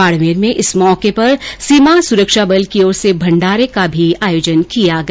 बाडमेर में इस मौके पर सीमा सुरक्षा बल की ओर से भंडारे का भी आयोजन किया गया